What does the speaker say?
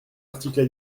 articles